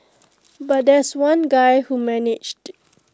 but there's one guy who managed